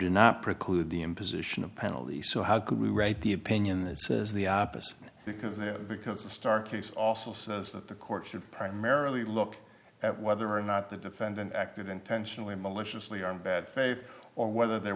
do not preclude the imposition of penalty so how could we right the opinion that says the opposite because no because the star case also says that the court should primarily look at whether or not the defendant acted intentionally maliciously on bad faith or whether there